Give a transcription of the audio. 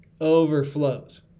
overflows